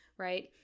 Right